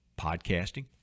Podcasting